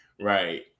Right